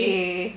!chey!